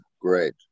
great